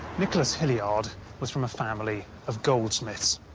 nicholas hilliard was from a family of goldsmiths.